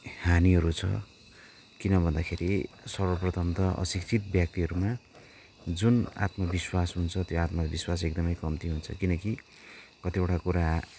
हानीहरू छ किनभन्दाखेरि सर्वप्रथम त अशिक्षित व्यक्तिहरूमा जुन आत्मविश्वास हुन्छ त्यो आत्मविश्वास एकदमै कम्ती हुन्छ किनकि कतिवटा कुरा